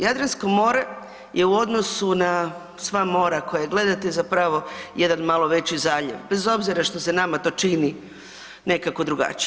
Jadransko more je u odnosu na sva mora koja gledate, zapravo, jedan malo veći zaljev, bez obzira što se nama to čini nekako drugačije.